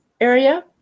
area